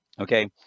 okay